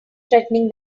threatening